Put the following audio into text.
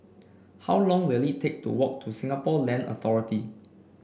how long will it take to walk to Singapore Land Authority